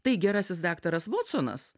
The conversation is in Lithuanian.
tai gerasis daktaras votsonas